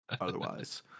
otherwise